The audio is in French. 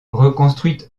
reconstruite